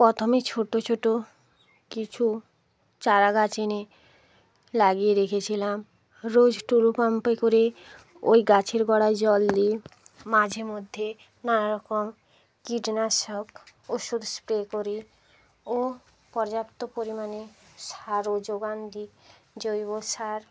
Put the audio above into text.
প্রথমে ছোটো ছোটো কিছু চারাগাছ এনে লাগিয়ে রেখেছিলাম রোজ টুলু পাম্পে করে ওই গাছের গোড়ায় জল দিয়ে মাঝে মধ্যে নানারকম কীটনাশক ওষুধ স্প্রে করে ও পর্যাপ্ত পরিমাণে সারও জোগান দিই জৈব সার